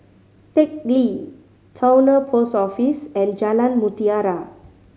Teck Lee Towner Post Office and Jalan Mutiara